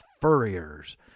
furriers